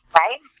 right